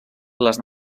les